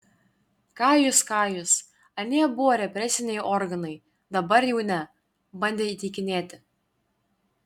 ką jūs ką jūs anie buvo represiniai organai dabar jau ne bandė įtikinėti